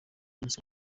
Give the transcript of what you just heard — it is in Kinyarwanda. musi